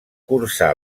cursà